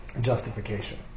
justification